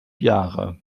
jahre